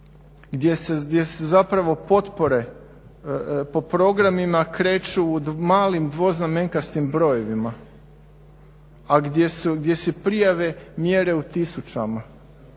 gdje se zapravo potpore po programima kreću u malim dvoznamenkastim brojevima a gdje se prijave mjere u tisućama.